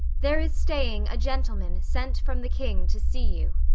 there is staying a gentleman sent from the king, to see you